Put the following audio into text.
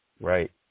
Right